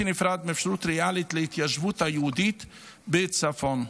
נפרד מאפשרות ריאלית להתיישבות יהודית בצפון.